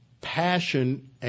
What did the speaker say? Passion